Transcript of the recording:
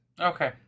Okay